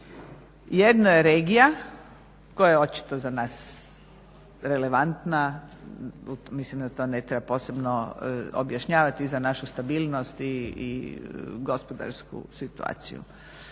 Jedno je regija koja je očito za nas relevantna, mislim da to ne treba posebno objašnjavati za našu stabilnost i gospodarsku situaciju.